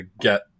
get